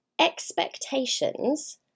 expectations